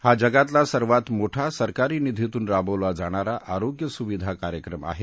हा जगातला सर्वात मोठा सरकारी निधीतून राबवला जाणारा आरोग्य सुविधा कार्यक्रम आहे